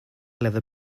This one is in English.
leather